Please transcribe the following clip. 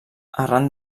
arran